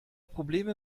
probleme